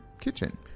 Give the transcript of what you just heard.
kitchen